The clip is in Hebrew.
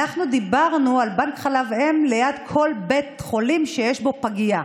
אנחנו דיברנו על בנק חלב אם ליד כל בית חולים שיש בו פגייה,